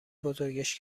بزرگش